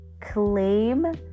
claim